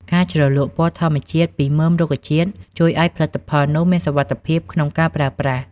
ការជ្រលក់ពណ៌ធម្មជាតិពីមើមរុក្ខជាតិ ជួយឱ្យផលិតផលនោះមានសុវត្ថិភាពក្នុងការប្រើប្រាស់។